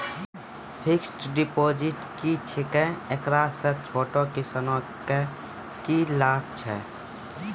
Fixed deposit की छिकै, एकरा से छोटो किसानों के की लाभ छै?